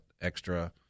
extra